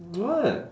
what